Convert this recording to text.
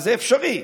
וזה אפשרי.